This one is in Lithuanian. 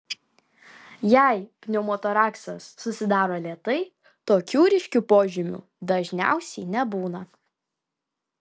jei pneumotoraksas susidaro lėtai tokių ryškių požymių dažniausiai nebūna